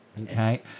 okay